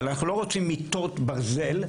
אבל אנחנו לא רוצים מיטות ברזל.